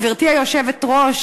גברתי היושבת-ראש,